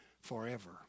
forever